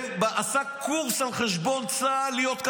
עשה קורס על חשבון צה"ל, להיות כתב.